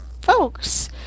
folks